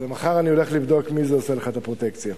מחר אני הולך לבדוק מי עושה לך את הפרוטקציה.